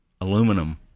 aluminum